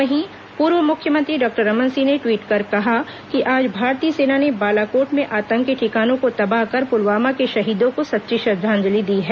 वहीं पूर्व मुख्यमंत्री डॉक्टर रमन सिंह ने टवीट कर कहा कि आज भारतीय सेना ने बालाकोट में आतंकी ठिकानों को तबाह कर पुलवामा के शहीदों को सच्ची श्रद्वांजलि दी है